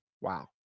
wow